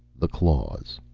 the claws